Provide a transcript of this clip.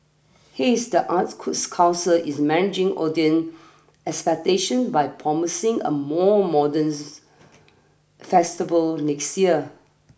haze the arts council is managing audience expectations by promising a more modern festival next yea